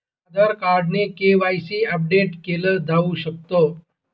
आधार card ने KYC update केल जाऊ शकत